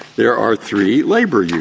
there are three labor yeah